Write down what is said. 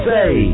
Say